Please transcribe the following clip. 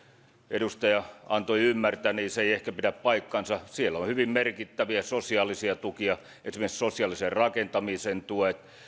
edustaja antoi ymmärtää ei ehkä pidä paikkaansa siellä on hyvin merkittäviä sosiaalisia tukia esimerkiksi sosiaalisen rakentamisen tuet